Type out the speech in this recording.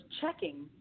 checking